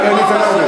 אין לי ויכוח אתך.